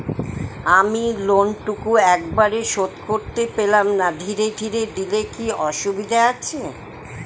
আমি লোনটুকু একবারে শোধ করতে পেলাম না ধীরে ধীরে দিলে কি অসুবিধে আছে?